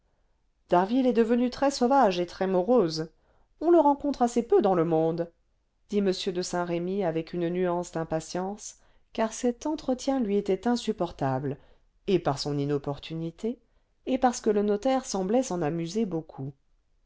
d'harville est devenu très-sauvage et très morose on le rencontre assez peu dans le monde dit m de saint-remy avec une nuance d'impatience car cet entretien lui était insupportable et par son inopportunité et parce que le notaire semblait s'en amuser beaucoup